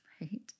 right